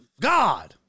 God